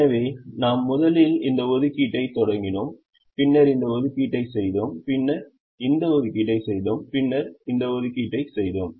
எனவே நாம் முதலில் இந்த ஒதுக்கீட்டைத் தொடங்கினோம் பின்னர் இந்த ஒதுக்கீட்டை செய்தோம் பின்னர் இந்த ஒதுக்கீட்டை செய்தோம் பின்னர் இந்த ஒதுக்கீட்டை செய்தோம்